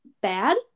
bad